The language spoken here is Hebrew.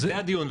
זה הדיון.